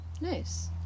Nice